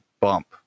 bump